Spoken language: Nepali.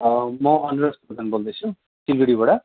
म अनुरोध प्रधान बोल्दैछु सिलगडीबाट